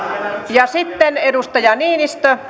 ja sitten edustaja niinistö